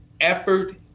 effort